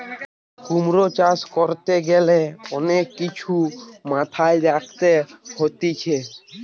কুমির চাষ করতে গ্যালে অনেক কিছু মাথায় রাখতে হতিছে